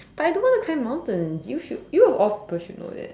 but I don't want to climb mountains you should you of all people should know that